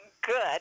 good